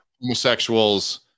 homosexuals